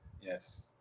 yes